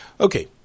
Okay